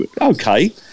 okay